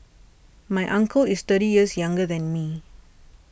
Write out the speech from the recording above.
my uncle is thirty years younger than me